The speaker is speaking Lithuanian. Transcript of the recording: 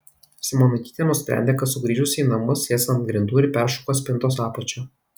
simonaitytė nusprendė kad sugrįžusi į namus sės ant grindų ir peršukuos spintos apačią